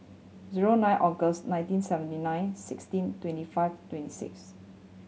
zero nine August nineteen seventy nine sixteen twenty five twenty six